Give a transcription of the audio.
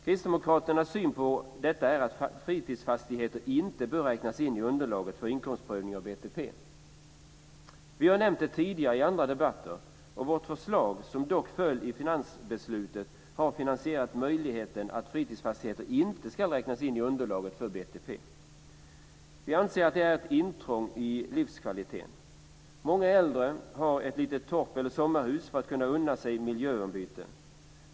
Kristdemokraternas syn på detta är att fritidsfastigheter inte bör räknas in i underlaget för inkomstprövning av BTP. Vi har nämnt det tidigare i andra debatter. Vårt förslag, som dock föll i finansbeslutet, har finansierat möjligheten att fritidsfastigheter inte ska räknas in i underlaget för BTP. Vi anser att det är ett intrång i livskvaliteten. Många äldre har ett litet torp eller sommarhus för att kunna unna sig miljöombyte.